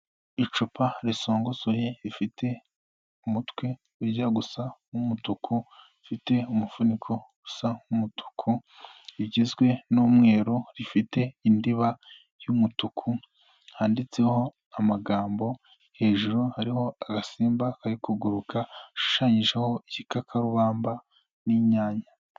Icupa risogosoye rifite umutwe ujya gusa umutuku ufite umufuniko usa nk’umutuku rigizwe n'umweru rifite indiba y'umutuku yanditseho amagambo hejuru hariho agasimba kari kuguruka hashushanyijeho igikakarubamba n'inyanya.